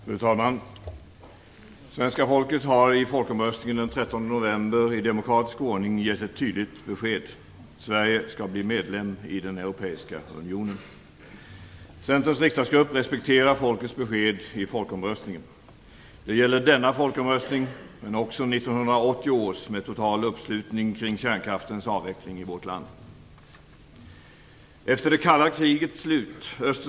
Fru talman! Svenska folket har i folkomröstningen den 13 november i demokratisk ordning gett ett tydligt besked. Sverige skall bli medlem i den europeiska unionen. Centerns riksdagsgrupp respekterar folkets besked i folkomröstningen. Det gäller denna folkomröstning, men också 1980 års omröstning med total uppslutning kring kärnkraftens avveckling i vårt land.